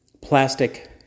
plastic